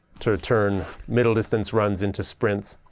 to turn middle distance runs into sprints.